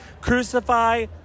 Crucify